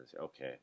okay